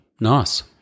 Nice